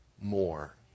more